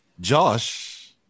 Josh